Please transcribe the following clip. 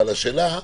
אבל השאלה,